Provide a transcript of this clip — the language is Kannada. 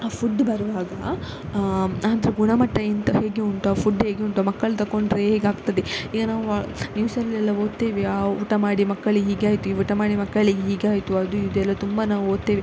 ಆ ಫುಡ್ ಬರುವಾಗ ಅದರ ಗುಣಮಟ್ಟ ಎಂತ ಹೇಗೆ ಉಂಟು ಆ ಫುಡ್ ಹೇಗೆ ಉಂಟು ಮಕ್ಕಳು ತಕೊಂಡರೆ ಹೇಗಾಗ್ತದೆ ಈಗ ನಾವು ನ್ಯೂಸಲ್ಲೆಲ್ಲ ಓದ್ತೇವೆ ಆ ಊಟ ಮಾಡಿ ಮಕ್ಕಳಿಗೆ ಹೀಗೆ ಆಯಿತು ಈ ಊಟ ಮಾಡಿ ಮಕ್ಕಳಿಗೆ ಹೀಗೆ ಆಯಿತು ಅದು ಇದು ಎಲ್ಲ ತುಂಬ ನಾವು ಓದ್ತೇವೆ